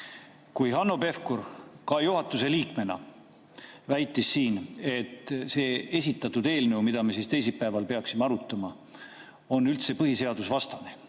Kui Hanno Pevkur juhatuse liikmena väitis, et see eelnõu, mida me teisipäeval peaksime arutama, on üldse põhiseadusvastane